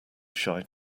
shy